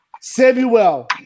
Samuel